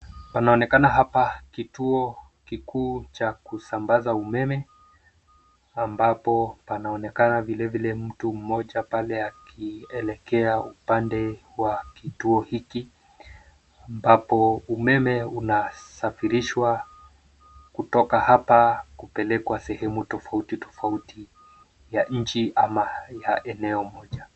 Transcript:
Panaonekana hapa kituo kikuu cha kusambaza umeme ambapo panaonekana vilevile mtu mmoja pale akielekea upande wa kituo hiki ambapo umeme unasafirishwa kutoka hapa kupelekwa sehemu tofauti tofauti ya nchi ama ya eneo moja.